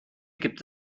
gibt